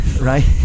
right